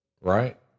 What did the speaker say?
Right